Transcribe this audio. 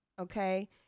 Okay